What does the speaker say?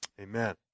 Amen